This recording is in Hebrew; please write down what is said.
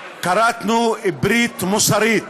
כרתנו ברית מוסרית